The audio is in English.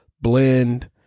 blend